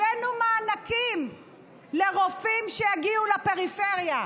הבאנו מענקים לרופאים שיגיעו לפריפריה.